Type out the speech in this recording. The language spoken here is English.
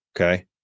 Okay